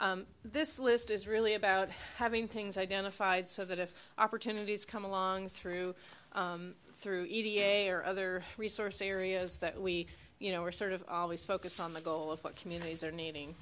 this list is really about having things identified so that if opportunities come along through through e p a or other resource areas that we you know we're sort of always focused on the goal of what communities are needing